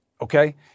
Okay